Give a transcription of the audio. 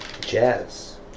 Jazz